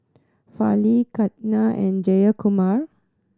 Fali Ketna and Jayakumar